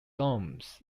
dorms